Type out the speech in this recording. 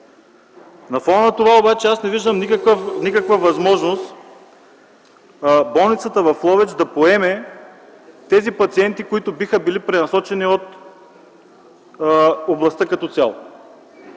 На фона на това обаче не виждам никаква възможност болницата в Ловеч да поеме тези пациенти, които биха били пренасочени от областта като цяло.